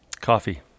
Coffee